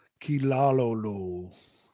Kilalolo